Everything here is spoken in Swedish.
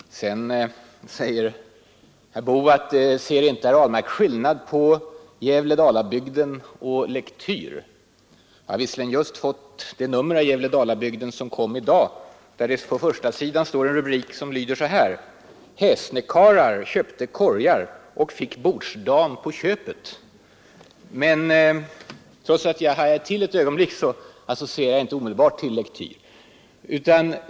Sedan frågar herr Boo: Ser inte herr Ahlmark skillnad mellan Gävle-Dalabygden och Lektyr? Jag har just det nummer av Gävle Dalabygden som kom ut i dag, den 3 maj. På första sidan står en rubrik som lyder så här: ”Häsne-karlar köpte korgar och fick bordsdam på köpet.” Trots att jag hajade till ett ögonblick associerade jag inte omedelbart till Lektyr.